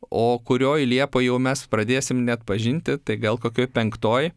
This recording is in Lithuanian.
o kurioj liepoj jau mes pradėsim neatpažinti tai gal kokioj penktoj